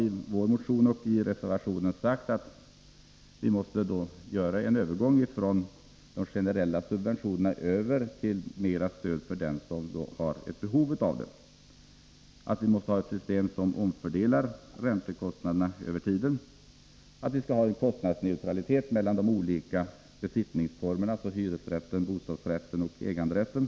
I vår motion och i reservationen på denna punkt har vi sagt att det måste ske en övergång från generella subventioner till subventioner åt dem som har mera behov av sådana. Vi har också framhållit att det måste införas ett system som omfördelar räntekostnaderna över den tiden och att det skall vara kostnadsneutralitet mellan de olika besittningsformerna — hyresrätten, bostadsrätten och äganderätten.